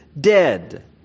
dead